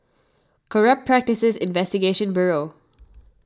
Corrupt Practices Investigation Bureau